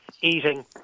eating